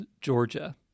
Georgia